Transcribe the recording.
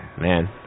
man